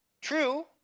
True